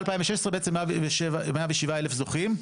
מ-2016 107,000 זוכים,